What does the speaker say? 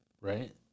Right